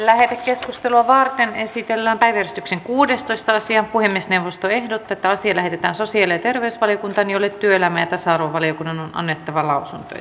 lähetekeskustelua varten esitellään päiväjärjestyksen kuudestoista asia puhemiesneuvosto ehdottaa että asia lähetetään sosiaali ja terveysvaliokuntaan jolle työelämä ja tasa arvovaliokunnan on annettava lausunto